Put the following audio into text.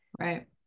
right